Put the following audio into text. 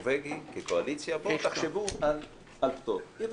החוק הנורווגי בואו תחשבו על הצעת חוק של האופוזיציה שתובא בפטור.